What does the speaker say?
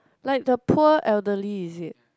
like the poor elderly is it